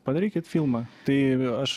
padarykit filmą tai aš